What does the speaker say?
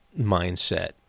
mindset